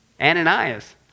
Ananias